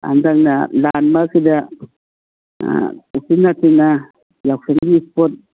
ꯍꯟꯗꯛꯅ ꯂꯥꯟ ꯃꯔꯛꯁꯤꯗ ꯎꯆꯤꯟ ꯅꯥꯆꯤꯟꯅ ꯌꯥꯎꯁꯪꯒꯤ ꯏꯁꯄꯣꯔꯠ